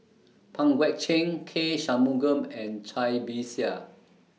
Pang Guek Cheng K Shanmugam and Cai Bixia